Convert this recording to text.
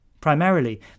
primarily